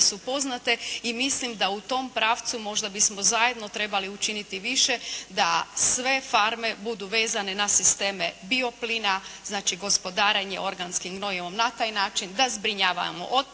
su poznate i mislim da u tom pravcu možda bismo zajedno trebali učiniti više da sve farme budu vezane na sisteme bio plina, znači gospodarenje organskim gnojivom na taj način da zbrinjavamo otpad,